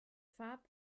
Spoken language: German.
farb